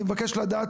אני מבקש לדעת,